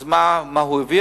אז מה, מה הוא הרוויח?